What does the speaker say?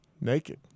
Naked